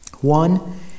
One